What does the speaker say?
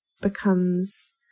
becomes